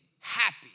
Happy